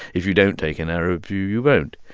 if you don't take a narrow view, you won't.